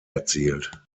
erzielt